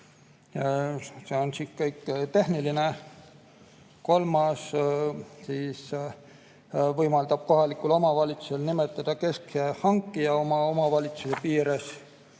See on kõik tehniline. Kolmas võimaldab kohalikul omavalitsusel nimetada keskse hankija omavalitsuse piires.